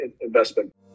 investment